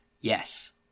yes